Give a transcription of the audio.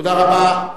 תודה רבה.